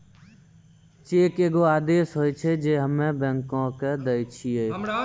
cheque एगो आदेश होय छै जे हम्मे बैंको के दै छिये